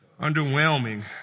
underwhelming